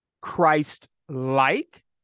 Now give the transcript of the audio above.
Christ-like